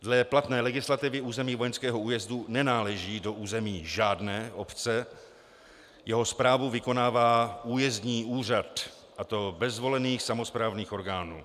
Dle platné legislativy území vojenského újezdu nenáleží do území žádné obce, jeho správu vykonává újezdní úřad, a to bez zvolených samosprávných orgánů.